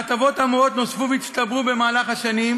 ההטבות האמורות נוספו והצטברו במהלך השנים,